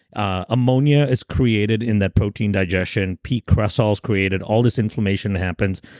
ah ammonia is created in that protein digestion, p-cresol is created, all this inflammation happens,